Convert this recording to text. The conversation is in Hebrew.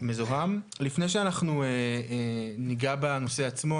לפני שאנחנו ניגע בנושא עצמו,